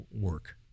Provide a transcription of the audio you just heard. work